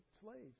slaves